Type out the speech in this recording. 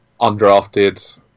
undrafted